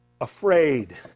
afraid